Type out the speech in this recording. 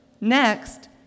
Next